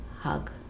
hug